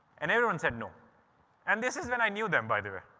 and everyone said no and this is when i knew them by the way.